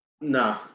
No